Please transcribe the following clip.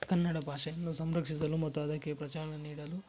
ಕನ್ನಡ ಭಾಷೆಯನ್ನು ಸಂರಕ್ಷಿಸಲು ಮತ್ತು ಅದಕ್ಕೆ ಪ್ರಚಾರ ನೀಡಲು